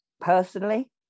Personally